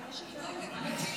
יש את לפיד.